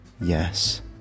yes